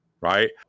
right